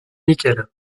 nickel